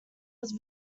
was